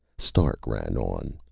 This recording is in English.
stark ran on.